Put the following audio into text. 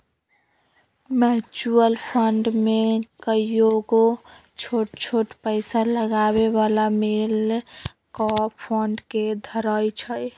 mutual fund में कयगो छोट छोट पइसा लगाबे बला मिल कऽ फंड के धरइ छइ